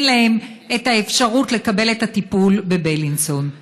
אין להם את האפשרות לקבל את הטיפול בבילינסון.